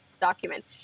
document